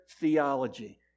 theology